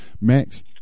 Max